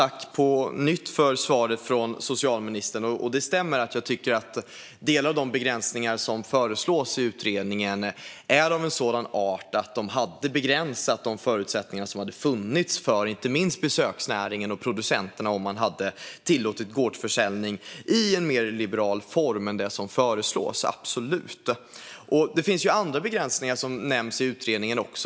Herr talman! Jag tackar för detta svar från socialministern. Det stämmer att jag tycker att delar av de begränsningar som föreslås i utredningen är av sådan art att de hade begränsat de förutsättningar som hade funnits för inte minst besöksnäringen och producenterna om man hade tillåtit gårdsförsäljning i en mer liberal form än det som föreslås. Så är det absolut. Det finns även andra begränsningar som nämns i utredningen.